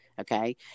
okay